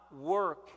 work